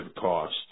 cost